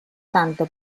tanto